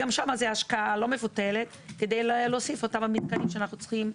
גם שם זאת השקעה לא מבוטלת כדי להוסיף את אותם מתקנים שאנחנו צריכים.